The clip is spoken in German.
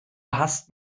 hast